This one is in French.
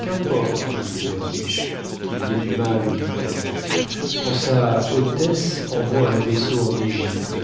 qu'importé dit le derviche qu'il y ait du mal ou du bien quand sa hautesse envoie un vaisseau en égypte